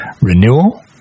renewal